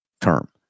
term